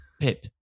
Pip